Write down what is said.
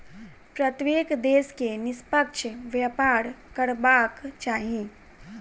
प्रत्येक देश के निष्पक्ष व्यापार करबाक चाही